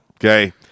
Okay